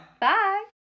Bye